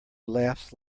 laughs